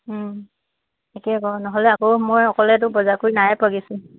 একে কৰ নহ'লে আকৌ মই অকলেতো বজাৰ কৰি নাই পোৱাগৈচোন